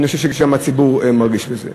אני חושב שגם הציבור מרגיש בזה.